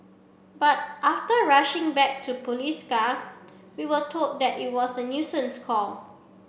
but after rushing back to police car we were told that it was a nuisance call